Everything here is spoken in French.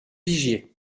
vigier